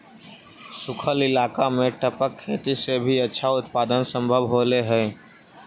सूखल इलाका में टपक खेती से भी अच्छा उत्पादन सम्भव होले हइ